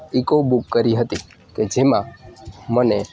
eco book કરી હતી કે જેમાં મને